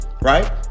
right